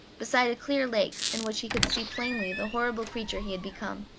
beside a clear lake, in which he could see plainly the horrible creature he had become,